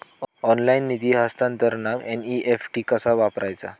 Online निधी हस्तांतरणाक NEFT कसा वापरायचा?